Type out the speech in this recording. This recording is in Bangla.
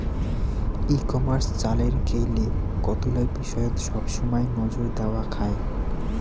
ই কমার্স চালের গেইলে কতুলা বিষয়ত সবসমাই নজর দ্যাওয়া খায়